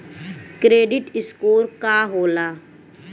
Credit score का होला?